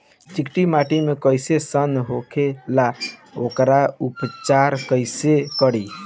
चिकटि माटी कई सन होखे ला वोकर उपचार कई से करी?